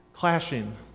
clashing